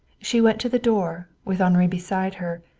she went to the door, with henri beside her,